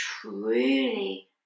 truly